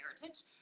heritage